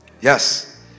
Yes